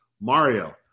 Mario